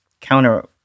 counter